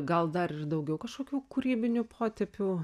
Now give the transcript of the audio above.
gal dar ir daugiau kažkokių kūrybinių potėpių